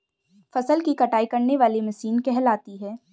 फसल की कटाई करने वाली मशीन कहलाती है?